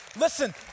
Listen